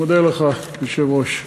אני מודה לך, היושב-ראש.